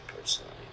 personally